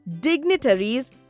dignitaries